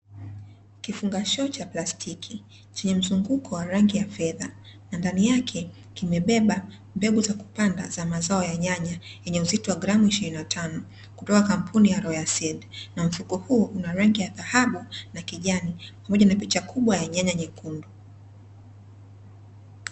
Kifungashio cha plastiki chenye mzunguko wa rangi ya fedha ndani yake kimebeba mbegu za kupanda za mazao ya nyanya yenye uzito wa gram 25 kutoka katika kampuni ya royal seed, na mfuko huu una rangi ya dhahabu, na kijani, pamoja na picha kubwa ya rangi nyekundu.